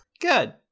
Good